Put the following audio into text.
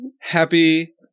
Happy